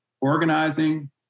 organizing